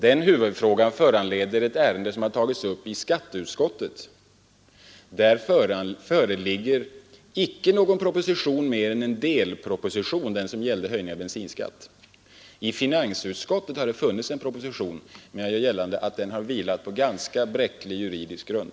Denna huvudfråga föranleder ett ärende som har tagits upp i skatteutskottet. Där föreligger bara en delproposition, nämligen den som gäller höjningen av bensinskatten. I finansutskottet har det funnits en proposition, men jag gör gällande att den har vilat på ganska bräcklig juridisk grund.